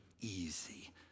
easy